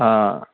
ہاں